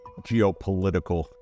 geopolitical